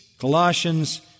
Colossians